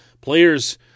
players